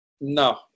no